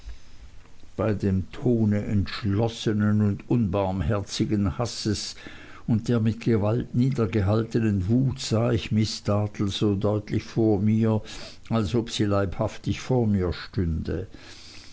bei dem tone entschlossenen und unbarmherzigen hasses und der mit gewalt niedergehaltnen wut sah ich miß dartle so deutlich vor mir als ob sie leibhaftig vor mir stünde